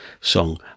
song